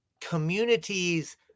communities